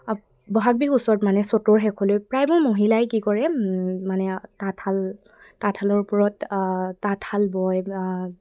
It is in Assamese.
বহাগ বিহুৰ ওচৰত মানে চ'তৰ শেষলৈ প্ৰায়বোৰ মহিলাই কি কৰে মানে তাঁতশাল তাঁতশালৰ ওপৰত তাঁতশাল বয়